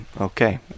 Okay